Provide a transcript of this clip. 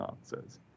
answers